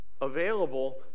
available